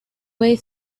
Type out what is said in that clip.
way